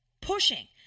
pushing